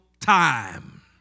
time